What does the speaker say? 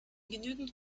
genügend